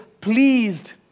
pleased